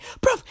bro